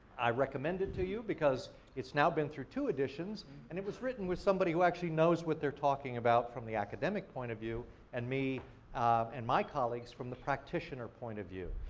i recommend it to you because it's now been through two editions and it was written with somebody who actually knows what they're talking about from the academic point of view and me and my colleagues from the practitioner point of view.